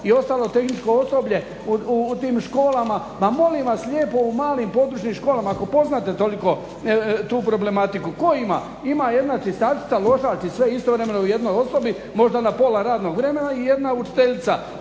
i ostalo tehničko osoblje u tim školama. Ma molim vas lijepo u malim područnim školama, ako poznajete toliko tu problematiku, tko ima, ima jedna čistačica, ložač i sve istovremeno u jednoj osobi možda na pola radnog vremena i jedna učiteljica